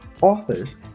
authors